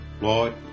Lord